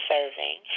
Serving